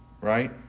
right